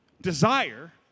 desire